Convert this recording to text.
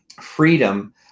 freedom